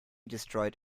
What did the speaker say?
destroyed